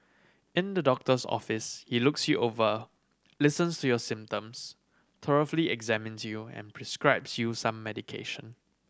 in the doctor's office he looks you over listens to your symptoms thoroughly examines you and prescribes you some medication